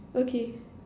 okay